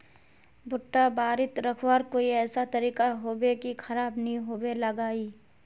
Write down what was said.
भुट्टा बारित रखवार कोई ऐसा तरीका होबे की खराब नि होबे लगाई?